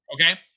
okay